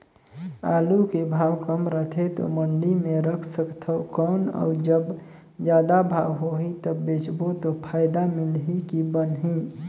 आलू के भाव कम रथे तो मंडी मे रख सकथव कौन अउ जब जादा भाव होही तब बेचबो तो फायदा मिलही की बनही?